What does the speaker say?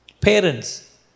Parents